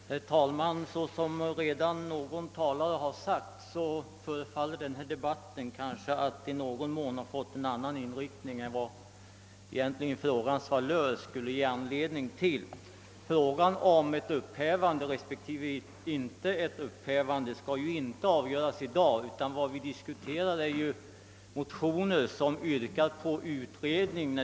Herr talman! Såsom redan någon talare har sagt förefaller denna debatt att i viss mån ha fått en annan inriktning än vad frågans valör egentligen ger anledning till. Frågan om ett upphävande respektive ett behållande av 10 8 skall ju inte avgöras i dag, utan vad vi diskuterar är motionsförslag om utredning.